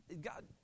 God